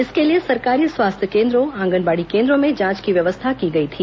इसके लिए सरकारी स्वास्थ्य केन्द्रों आंगनबाड़ी केन्द्रों में जांच की व्यवस्था की गई थी